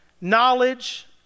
knowledge